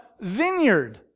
vineyard